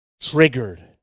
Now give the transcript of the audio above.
Triggered